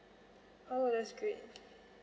oh that's great